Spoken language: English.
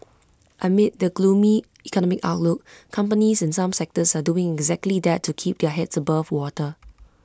amid the gloomy economic outlook companies in some sectors are doing exactly that to keep their heads above water